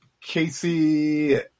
Casey